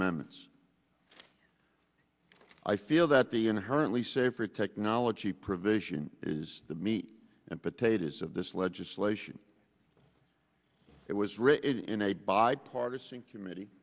amendments i feel that the inherent lee safer technology provision is the meat and potatoes of this legislation it was written in a bipartisan committee